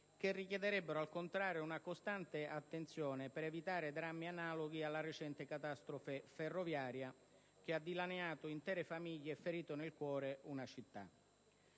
che richiederebbero, al contrario, una costante attenzione per evitare drammi analoghi alla recente catastrofe ferroviaria che ha dilaniato intere famiglie e ferito nel cuore una città.